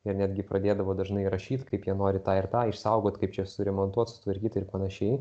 ir netgi pradėdavo dažnai rašyt kaip jie nori tą ir tai išsaugoti kaip čia suremontuot sutvarkyt ir panašiai